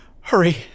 hurry